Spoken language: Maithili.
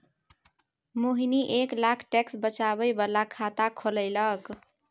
मोहिनी एक लाख टैक्स बचाबै बला खाता खोललकै